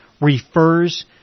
refers